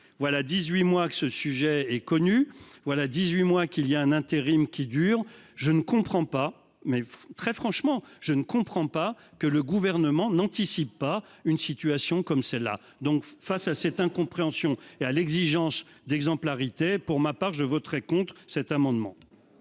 voilà 18 mois que ce sujet est connu voilà 18 mois qu'il y a un intérim qui dure je ne comprends pas mais très franchement je ne comprends pas que le gouvernement n'anticipe pas une situation comme celle-là donc face à cette incompréhension et à l'exigence d'exemplarité pour ma part, je voterai contre cet amendement.